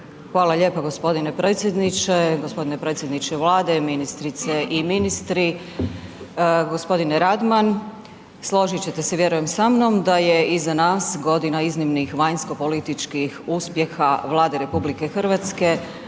Hvala lijepo gospodine predsjedniče. Gospodine predsjedniče Vlade, ministrice i ministri, gospodine Radman, složit ćete se vjerujem sa mnom da je iza nas godina iznimnih vanjskopolitičkih uspjeha Vlade RH, ali jednako